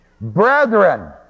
Brethren